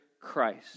Christ